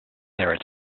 there